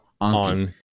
on